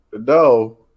No